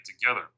together